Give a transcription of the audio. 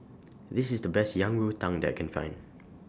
This IS The Best Yang Rou Tang that I Can Find